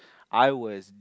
I was